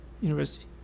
university